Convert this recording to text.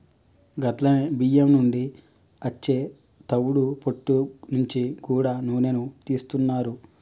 గట్లనే బియ్యం నుండి అచ్చే తవుడు పొట్టు నుంచి గూడా నూనెను తీస్తున్నారు